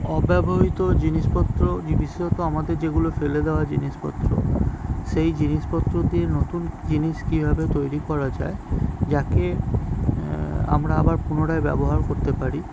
অব্যবহৃত জিনিসপত্র বিশেষত আমাদের যেগুলো ফেলে দেওয়া জিনিসপত্র সেই জিনিসপত্র দিয়ে নতুন জিনিস কীভাবে তৈরি করা যায় যাকে আমরা আবার পুনরায় ব্যবহার করতে পারি